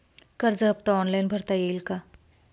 कर्ज हफ्ता ऑनलाईन भरता येईल का?